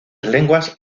lenguas